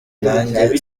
nanjye